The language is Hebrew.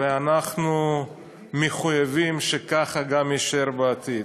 ואנחנו מחויבים שככה גם יישאר בעתיד.